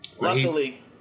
luckily